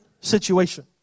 situation